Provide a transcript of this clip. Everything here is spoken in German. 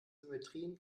symmetrien